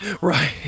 right